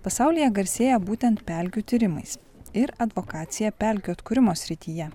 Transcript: pasaulyje garsėja būtent pelkių tyrimais ir advokacija pelkių atkūrimo srityje